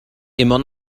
immer